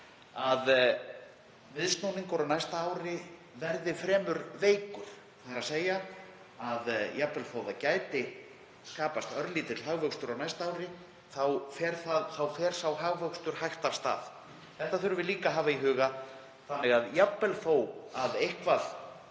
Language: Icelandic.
að viðsnúningur á næsta ári verði fremur veikur, þ.e. að jafnvel þó að örlítill hagvöxtur gæti skapast á næsta ári þá fer sá hagvöxtur hægt af stað. Það þurfum við líka að hafa í huga þannig að jafnvel þó að eitthvað